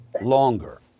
longer